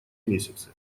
месяцы